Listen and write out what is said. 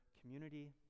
community